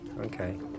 Okay